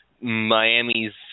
Miami's